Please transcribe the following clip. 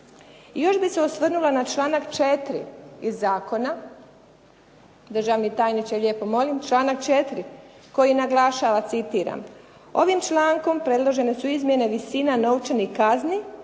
još bih se osvrnula na članak 4. iz zakona, državni tajniče lijepo molim članak 4. koji naglašava, citiram: "Ovim člankom predložene su izmjene visina novčanih kazni